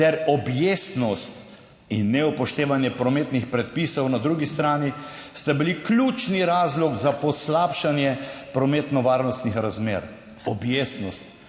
ter objestnost in neupoštevanje prometnih predpisov na drugi strani sta bili ključni razlog za poslabšanje prometnih varnostnih razmer. Objestnost.